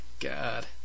God